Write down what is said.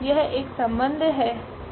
यह एक संबंध है